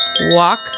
walk